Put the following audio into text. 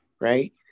right